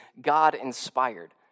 God-inspired